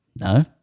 No